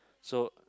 so